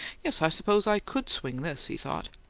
yes, i suppose i could swing this, he thought.